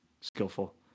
skillful